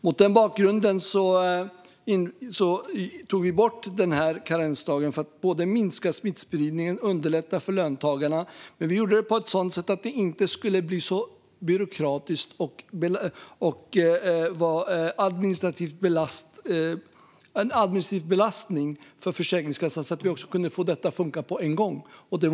Mot den bakgrunden tog vi bort karensdagen för att både minska smittspridningen och underlätta för löntagarna. Men vi gjorde det på ett sådant sätt att det inte skulle bli så byråkratiskt och en administrativ belastning för Försäkringskassan, utan vi kunde få detta att funka på en gång.